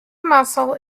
mussel